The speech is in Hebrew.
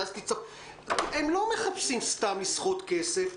הם לא מחפשים סתם לסחוט כסף.